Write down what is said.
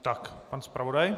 Tak, pan zpravodaj.